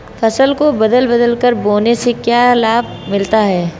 फसल को बदल बदल कर बोने से क्या लाभ मिलता है?